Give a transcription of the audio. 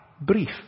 brief